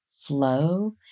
flow